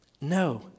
No